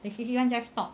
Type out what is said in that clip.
the C_C one just stop